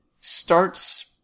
starts